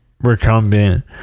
recumbent